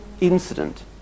incident